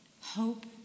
hope